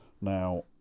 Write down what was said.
Now